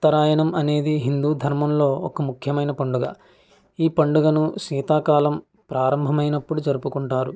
ఉత్తరాయణం అనేది హిందూ ధర్మంలో ఒక ముఖ్యమైన పండుగ ఈ పండుగను శీతాకాలం ప్రారంభమైనప్పుడు జరుపుకుంటారు